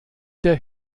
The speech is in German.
der